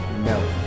No